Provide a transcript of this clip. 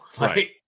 right